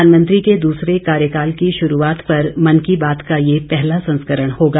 प्रधानमंत्री के दूसरे कार्यकाल की शुरूआत पर मन की बात का यह पहला संस्करण होगा